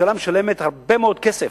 הממשלה משלמת הרבה מאוד כסף.